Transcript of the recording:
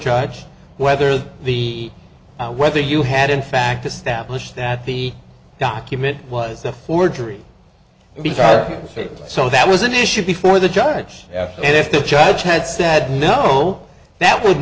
judge whether the whether you had in fact established that the document was a forgery because our state so that was an issue before the judge and if the judge had said no that would